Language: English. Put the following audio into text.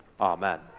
Amen